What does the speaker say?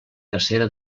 cacera